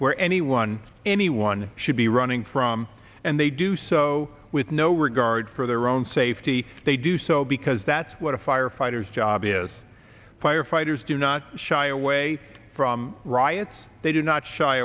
where anyone anyone should be running from and they do so with no regard for their own safety if they do so because that's what firefighters job is firefighters do not shy away from riots they do not shy